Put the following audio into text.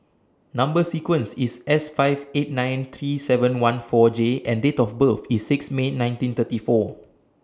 Number sequence IS S five eight nine three seven one four J and Date of birth IS six May nineteen thirty four